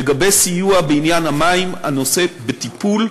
לגבי סיוע בעניין המים, הנושא בטיפול,